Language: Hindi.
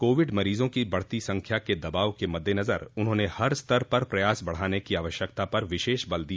कोविड मरीजों की बढ़ती संख्या के दबाव के मद्देनजर उन्होंने हर स्तर पर प्रयास बढ़ाने की आवश्यकता पर विशेष बल दिया